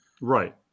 Right